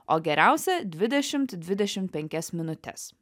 o geriausia dvidešimt dvidešimt penkias minutes